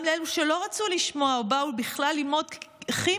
גם לאלו שלא רצו לשמוע או שבאו בכלל ללמוד כימיה.